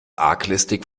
arglistig